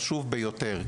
חשוב ביותר,